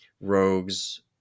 rogues